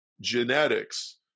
genetics